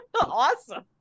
awesome